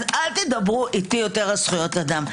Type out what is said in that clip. אז אל תדברו איתי על זכויות אדם.